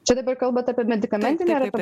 čia dabar kalbat apie medikamentinį ar apie